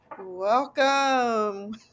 Welcome